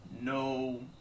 no